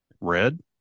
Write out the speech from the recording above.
red